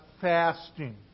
fasting